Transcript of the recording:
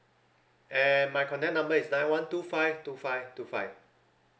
and my contact number is nine one two five two five two five